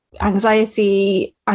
anxiety